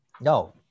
No